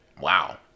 wow